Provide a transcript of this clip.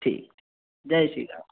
ठीक जय श्री राम